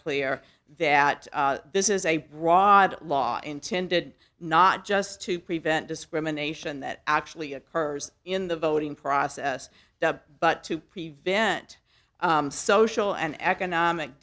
clear that this is a broad law intended not just to prevent discrimination that actually occurs in the voting process but to prevent social and economic